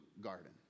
garden